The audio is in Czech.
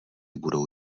budou